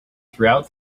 throughout